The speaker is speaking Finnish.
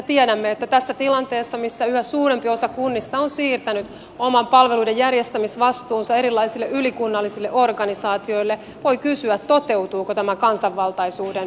tiedämme että tässä tilanteessa missä yhä suurempi osa kunnista on siirtänyt oman palveluiden järjestämisvastuunsa erilaisille ylikunnallisille organisaatioille voi kysyä toteutuuko tämä kansanvaltaisuuden periaate